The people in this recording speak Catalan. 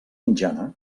mitjana